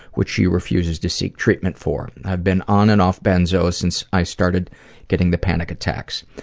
which she refuses to seek treatment for. i've been on and off benzos since i started getting the panic attacks.